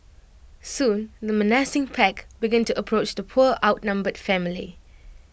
soon the menacing pack began to approach the poor outnumbered family